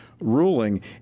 ruling